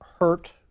hurt